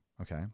Okay